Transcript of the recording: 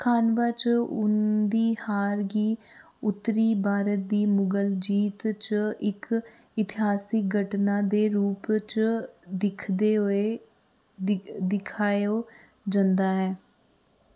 खानवा च उं'दी हार गी उत्तरी भारत दी मुगल जीत्त च इक इतिहासिक घटना दे रूप च दिखाया जंदा ऐ